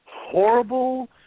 horrible